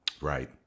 Right